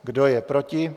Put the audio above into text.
Kdo je proti?